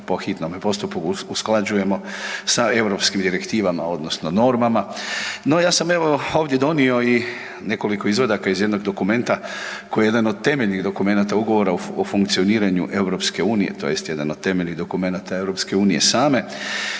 po hitnome postupku usklađujemo sa europskim direktivama odnosno normama. No ja sam evo ovdje donio i nekoliko izvadaka iz jednog dokumenta koji je jedan od temeljnih dokumenata Ugovora o funkcioniranju Europske unije tj. jedan od temeljnih dokumenata Europske unije same.